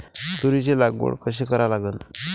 तुरीची लागवड कशी करा लागन?